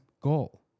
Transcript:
goal